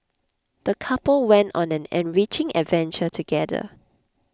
the couple went on an enriching adventure together